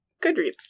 Goodreads